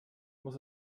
muss